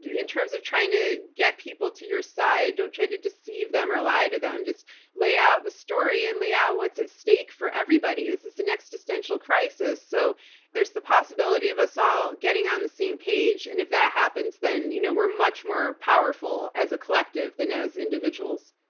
in terms of trying to get people to your side, don't try to deceive them or lie to them. just lay out the story and lay out what's at stake for everybody. this is an existential crisis. so there's the possibility of us all getting on the same page and if that happens, then you know we're much more powerful as a collective than as individuals.